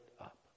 up